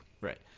Right